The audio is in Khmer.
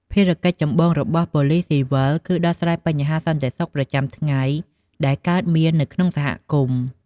ភារកិច្ចចម្បងរបស់ប៉ូលិសស៊ីវិលគឺការដោះស្រាយបញ្ហាសន្តិសុខប្រចាំថ្ងៃដែលកើតមាននៅក្នុងសហគមន៍។